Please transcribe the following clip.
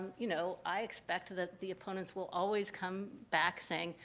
you know, i expect that the opponents will always come back saying,